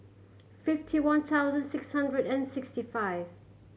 fifty one thousand six hundred and sixty five